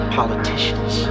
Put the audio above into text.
politicians